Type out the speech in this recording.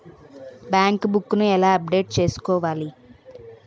Bank book నీ ఎలా అప్డేట్ చేసుకోవాలి?